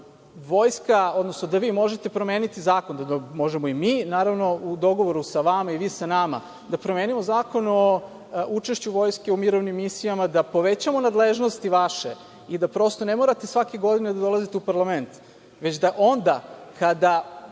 Vojska, odnosno da vi možete promeniti zakon, možemo i mi, naravno, u dogovoru sa vama i vi sa nama, o učešću Vojske u mirovnim misijama, da povećamo vaše nadležnosti i da prosto ne morate svake godine da dolazite u parlament, već da onda, kada